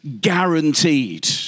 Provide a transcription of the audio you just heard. guaranteed